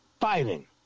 fighting